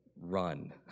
run